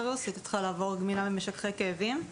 של תרופות הייתי צריכה לעבור גמילה ממשככי כאבים.